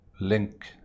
link